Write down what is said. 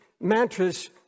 mantras